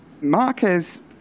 Marquez